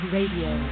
Radio